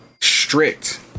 strict